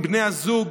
אם בני זוג,